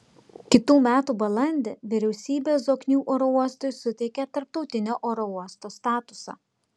kitų metų balandį vyriausybė zoknių oro uostui suteikė tarptautinio oro uosto statusą